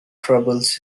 troubles